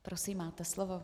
Prosím, máte slovo.